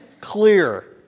clear